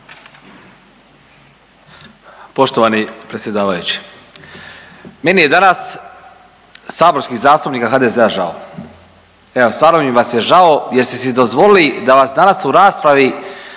Poštovani predsjedavajući. Meni je danas saborskih zastupnika HDZ-a žao. Evo, stvarno mi vas je žao jer ste si dozvolili da vas danas u raspravi